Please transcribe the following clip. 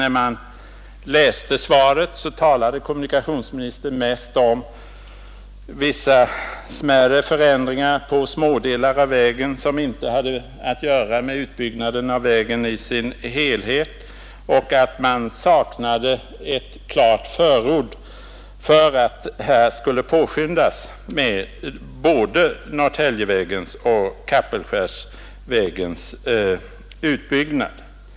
När jag hörde svaret tyckte jag att kommunikationsministern mest talade om vissa smärre förändringar på smådelar som inte hade att göra med vägutbyggnaden i dess helhet, och jag saknade ett klart förord för att både Norrtäljevägens och Kapellskärsvägens utbyggnad skulle påskyndas.